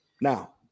Now